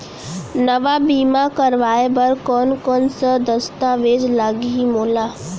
नवा बीमा करवाय बर कोन कोन स दस्तावेज लागही मोला?